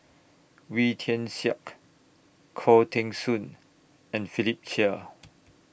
Wee Tian Siak Khoo Teng Soon and Philip Chia